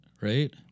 right